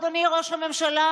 אדוני ראש הממשלה,